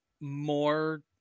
more